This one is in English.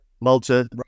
Malta